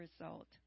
result